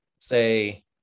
say